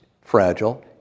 fragile